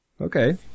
Okay